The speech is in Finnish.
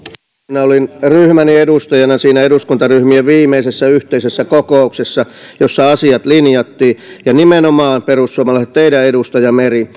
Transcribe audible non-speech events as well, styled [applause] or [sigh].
minä olin ryhmäni edustajana siinä eduskuntaryhmien viimeisessä yhteisessä kokouksessa jossa asiat linjattiin ja nimenomaan perussuomalaiset teidän edustajanne meri [unintelligible]